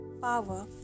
power